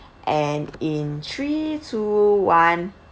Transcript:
and in three two one